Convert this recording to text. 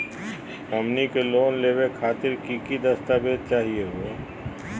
हमनी के लोन लेवे खातीर की की दस्तावेज चाहीयो हो?